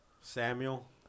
Samuel